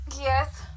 Yes